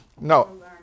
No